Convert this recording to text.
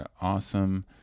awesome